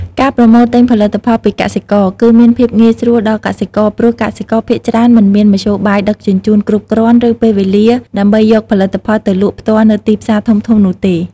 ការប្រមូលទិញផលិតផលពីកសិករ គឺមានភាពងាយស្រួលដល់កសិករព្រោះកសិករភាគច្រើនមិនមានមធ្យោបាយដឹកជញ្ជូនគ្រប់គ្រាន់ ឬពេលវេលាដើម្បីយកផលិតផលទៅលក់ផ្ទាល់នៅទីផ្សារធំៗនោះទេ។